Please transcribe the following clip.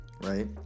right